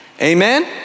Amen